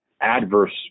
adverse